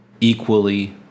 equally